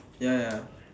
ya ya